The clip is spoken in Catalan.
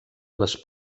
les